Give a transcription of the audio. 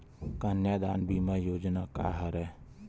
कन्यादान बीमा योजना का हरय?